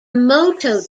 moto